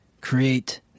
Create